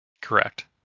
Correct